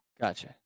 Gotcha